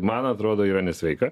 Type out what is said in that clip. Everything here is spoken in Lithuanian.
man atrodo yra nesveika